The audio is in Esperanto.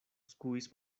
skuis